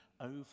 over